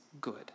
good